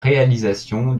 réalisation